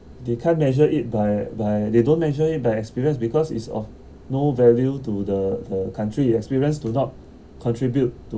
they can't measure it by by they don't measure it by experience because it's of no value to the the country your experience do not contribute to